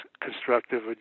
constructive